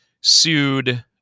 sued